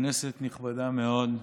כנסת נכבדה מאוד,